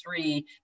three